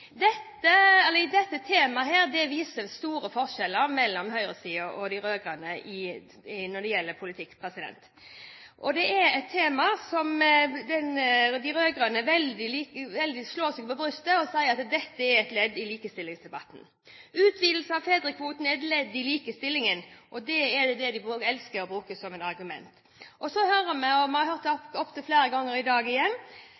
gjelder politikk. Det er et tema hvor de rød-grønne slår seg veldig på brystet og sier at dette er et ledd i likestillingsdebatten. Utvidelse av fedrekvoten er et ledd i likestillingen, og det elsker de å bruke som et argument. Hele tiden hører vi – og opptil flere ganger i dag igjen